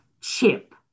chip